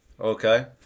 Okay